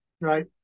Right